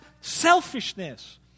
selfishness